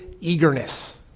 eagerness